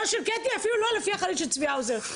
של קטי ואפילו לא החליל של צבי האוזר.